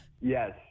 Yes